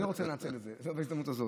אני רוצה לנצל את זה, את ההזדמנות הזאת,